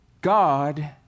God